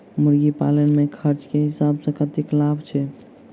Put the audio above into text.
मुर्गी पालन मे खर्च केँ हिसाब सऽ कतेक लाभ छैय?